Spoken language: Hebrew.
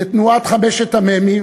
לתנועת חמשת המ"מים.